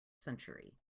century